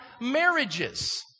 marriages